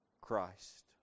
Christ